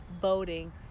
boating